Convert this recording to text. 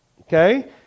Okay